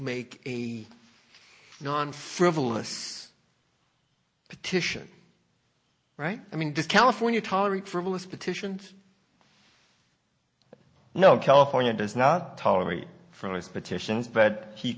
make a non frivolous petition right i mean this california tolerate frivolous petitions no california does not tolerate from his petitions but he